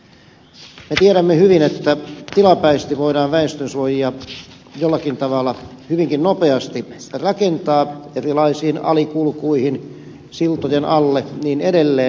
me tiedämme hyvin että tilapäisesti voidaan väestönsuojia jollakin tavalla hyvinkin nopeasti rakentaa erilaisiin alikulkuihin siltojen alle ja niin edelleen